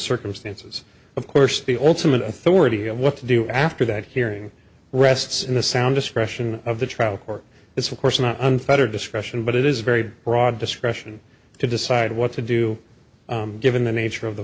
circumstances of course the ultimate authority of what to do after that hearing rests in the sound discretion of the trial court it's of course an unfettered discretion but it is very broad discretion to decide what to do given the nature of the